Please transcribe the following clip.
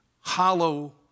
hollow